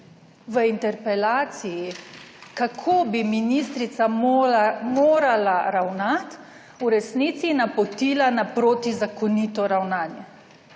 v interpelaciji, kako bi ministrica morala ravnati, v resnici napotila na protizakonito ravnanje.